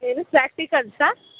ಏನು ಪ್ರಾಕ್ಟಿಕಲ್ಸಾ